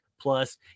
Plus